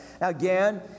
Again